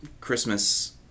Christmas